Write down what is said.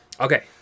Okay